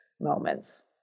moments